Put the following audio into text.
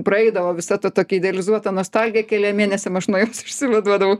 praeidavo visa ta tokia idealizuota nostalgija keliem mėnesiam iš nuėjus išsivaduodavau